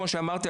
כמו שאמרתי,